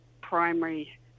primary